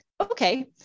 Okay